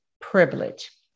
privilege